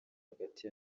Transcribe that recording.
hagati